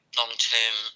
long-term